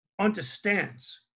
understands